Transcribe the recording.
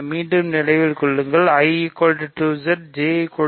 மீண்டும் நினைவில் கொள்ளுங்கள் I 2Z J 3Z